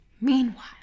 Meanwhile